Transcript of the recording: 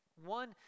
One